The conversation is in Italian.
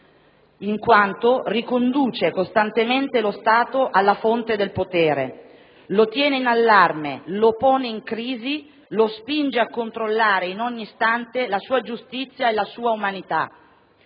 in quanto «riconduce costantemente lo Stato alla fonte del potere, lo tiene in allarme, lo pone in crisi, lo spinge a controllare in ogni istante la sua giustizia e la sua umanità.